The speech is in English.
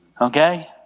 okay